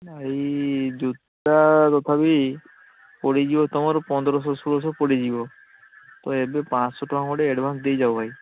ନା ଏଇ ଜୁତା ତଥାପି ପଡ଼ିଯିବ ତମର ପନ୍ଦରଶହ ଷୋହଳଶହ ପଡ଼ିଯିବ ତ ଏବେ ପାଞ୍ଚଶହଟଙ୍କା ଖଣ୍ଡେ ଏଡ଼ଭାନ୍ସ ଦେଇଯାଅ ଭାଇ